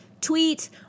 tweet